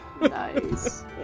nice